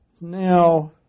now